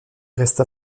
resta